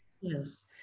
yes